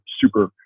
super